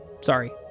Sorry